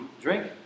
drink